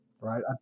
right